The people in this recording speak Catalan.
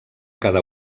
cada